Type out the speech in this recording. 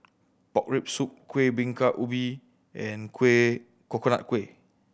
pork rib soup Kueh Bingka Ubi and kuih Coconut Kuih